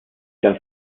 dann